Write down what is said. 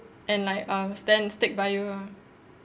and like um stand stick by you ah